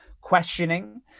questioning